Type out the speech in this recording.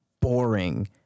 boring